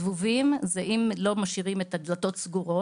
זבובים מגיעים אם משאירים את הרשתות פתוחות.